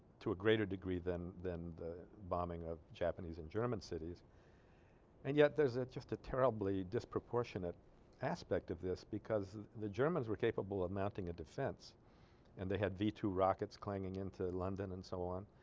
to a greater degree than than the bombing of japanese and german cities and yet there's just a terribly disproportionate aspect of this because the germans were capable of mounting a defense and they had v two rockets clanging into london and so on